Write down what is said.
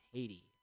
Haiti